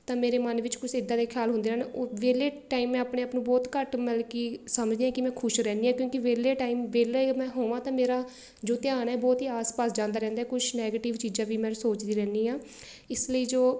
ਤਾਂ ਮੇਰੇ ਮਨ ਵਿੱਚ ਕੁਛ ਇੱਦਾਂ ਦੇ ਖਿਆਲ ਹੁੰਦੇ ਹਨ ਉਹ ਵੇਹਲੇ ਟਾਈਮ ਮੈਂ ਆਪਣੇ ਆਪ ਨੂੰ ਬਹੁਤ ਘੱਟ ਮਤਲਬ ਕਿ ਸਮਝਦੀ ਹਾਂ ਕਿ ਮੈਂ ਖੁਸ਼ ਰਹਿੰਦੀ ਹਾਂ ਕਿਉਂਕਿ ਵੇਹਲੇ ਟਾਈਮ ਵੇਹਲੇ ਮੈਂ ਹੋਵਾਂ ਤਾਂ ਮੇਰਾ ਜੋ ਧਿਆਨ ਹੈ ਬਹੁਤ ਹੀ ਆਸ ਪਾਸ ਜਾਂਦਾ ਰਹਿੰਦਾ ਕੁਛ ਨੈਗੇਟਿਵ ਚੀਜ਼ਾਂ ਵੀ ਮੈਂ ਸੋਚਦੀ ਰਹਿੰਦੀ ਹਾਂ ਇਸ ਲਈ ਜੋ